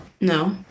No